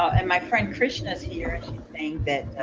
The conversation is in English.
and my friend krishna is here and